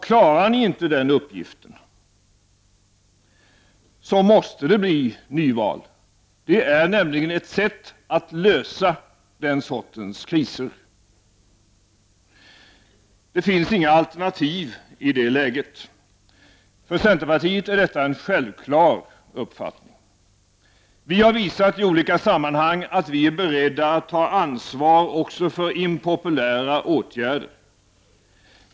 Klarar ni inte den uppgiften, måste det bli nyval. Det är nämligen ett sätt att lösa den sortens kriser. Det finns inga alternativ i det läget. För centerpartiet är detta en självklar uppfattning. Vi har visat i olika sammanhang att vi är beredda att ta ansvar också för impopulära åtgärder.